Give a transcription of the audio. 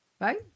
Right